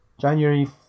January